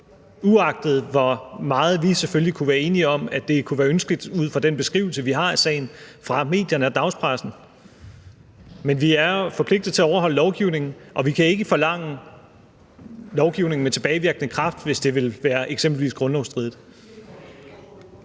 uanset hvor meget vi selvfølgelig kunne være enige om, at det kunne være ønskeligt ud fra den beskrivelse, vi har af sagen fra medierne og dagspressen. Men vi er jo forpligtet til at overholde lovgivningen, og vi kan ikke forlange lovgivning med tilbagevirkende kraft, hvis det eksempelvis vil være grundlovsstridigt.